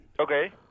Okay